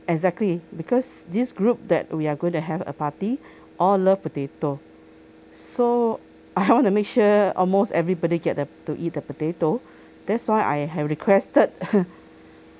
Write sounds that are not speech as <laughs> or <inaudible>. exactly because this group that we're going to have a party all love potato so I want to make sure almost everybody get the to eat the potato that's why I have requested <laughs>